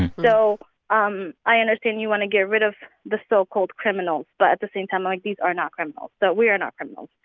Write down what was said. so um i understand you want to get rid of the so-called criminals. but at the same time, like, these are not criminals. so but we are not criminals.